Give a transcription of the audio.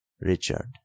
Richard